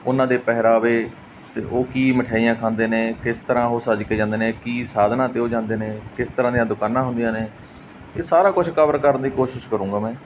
ਉਹਨਾਂ ਦੇ ਪਹਿਰਾਵੇ ਅਤੇ ਉਹ ਕੀ ਮਿਠਾਈਆਂ ਖਾਂਦੇ ਨੇ ਕਿਸ ਤਰ੍ਹਾਂ ਉਸ ਸਜ ਕੇ ਜਾਂਦੇ ਨੇ ਕੀ ਸਾਧਨਾਂ 'ਤੇ ਉਹ ਜਾਂਦੇ ਨੇ ਕਿਸ ਤਰ੍ਹਾਂ ਦੀਆਂ ਦੁਕਾਨਾਂ ਹੁੰਦੀਆਂ ਨੇ ਇਹ ਸਾਰਾ ਕੁਛ ਕਵਰ ਕਰਨ ਦੀ ਕੋਸ਼ਿਸ਼ ਕਰੂੰਗਾ ਮੈਂ